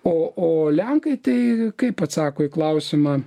o o lenkai tai kaip atsako į klausimą